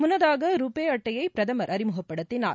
முன்னதாக ரூபே அட்டையை பிரதமர் அறிமுகப்படுத்தினார்